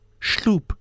schloop